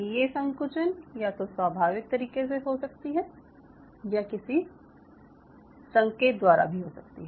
ये संकुचन या तो स्वाभाविक तरीके से हो सकती है या किसी संकेत द्वारा भी हो सकती है